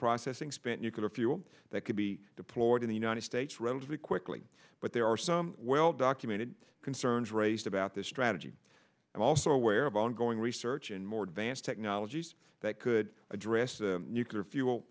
reprocessing spent nuclear fuel that could be deployed in the united states relatively quickly but there are some well documented concerns raised about this strategy i'm also aware of ongoing research and more advanced technologies that could address the nuclear fuel